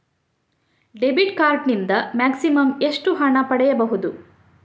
Debit card ನಿಂದ maximum ಎಷ್ಟು ಹಣ ಪಡೆಯಬಹುದು?